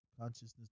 consciousness